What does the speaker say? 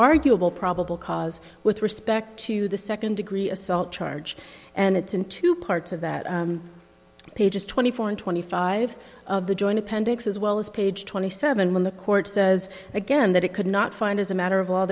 arguable probable cause with respect to the second degree assault charge and it's in two parts of that page is twenty four and twenty five of the joint appendix as well as page twenty seven when the court says again that it could not find as a matter of